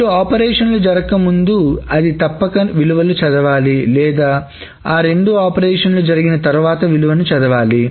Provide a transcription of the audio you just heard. రెండు ఆపరేషన్లు జరగకముందే అది తప్పక విలువలు చదవాలి లేదా ఈ రెండు ఆపరేషన్లు జరిగిన తర్వాత విలువను చదవాలి